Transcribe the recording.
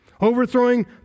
Overthrowing